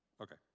Okay